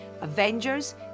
Avengers